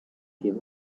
give